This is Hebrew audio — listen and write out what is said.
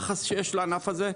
זה מתחיל בכל היחס שיש לענף הזה.